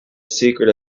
secret